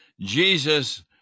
Jesus